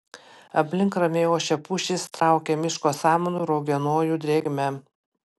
aplink ramiai ošia pušys traukia miško samanų ir uogienojų drėgme